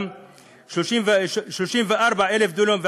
34,000 דונם,